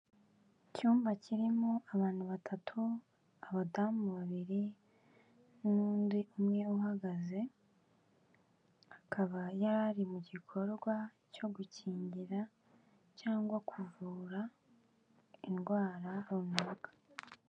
Icyumba kirimo abantu batatu abadamu babiri n'undi umwe uhagaze, akaba yari ari mu gikorwa cyo gukingira cyangwa kuvura indwara bavura.